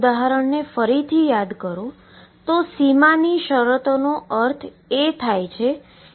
હકીકતમાં કેટલીક વખત લખવાની બાજુમાં A હોવો જોઈએ નહીં